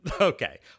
Okay